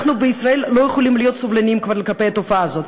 אנחנו בישראל לא יכולים להיות סובלניים כבר כלפי התופעה הזאת,